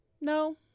no